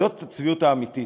זאת הצביעות האמיתית.